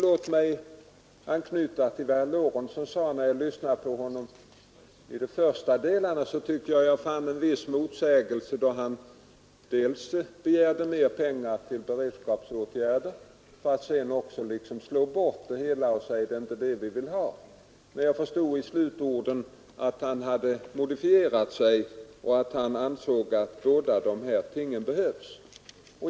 Låt mig anknyta till vad herr Lorentzon sade. I de första delarna av anförandet tyckte jag att jag fann en viss motsägelse, då han först begärde mera pengar till beredskapsåtgärder och sedan slog bort det hela och sade att det inte är det man vill ha utan nya företag. Jag förstod av hans slutord att han hade modifierat sig och ansåg att båda dessa ting behövs.